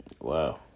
Wow